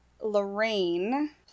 Lorraine